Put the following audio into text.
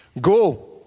Go